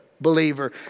believer